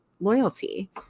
loyalty